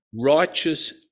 righteous